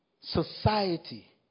Society